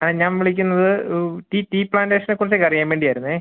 ആ ഞാൻ വിളിക്കുന്നത് ടീ ടീ പ്ലാൻറേഷനെക്കുറിച്ചൊക്കെ അറിയാൻ വേണ്ടിയായിരുന്നേ